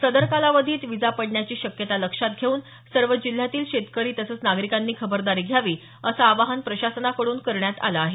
सदर कालावधीत विजा पडण्याची शक्यता लक्षात घेऊन सर्व जिल्ह्यातील शेतकरी तसंच नागरिकांनी खबरदारी घ्यावी असं आवाहन प्रशासनाकडून करण्यात आलं आहे